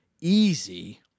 easy